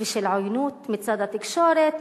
ושל עוינות מצד התקשורת,